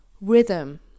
rhythm